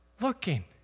looking